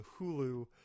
Hulu